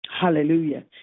Hallelujah